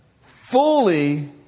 fully